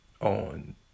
on